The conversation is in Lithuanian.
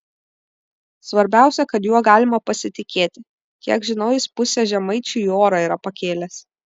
svarbiausia kad juo galima pasitikėti kiek žinau jis pusę žemaičių į orą yra pakėlęs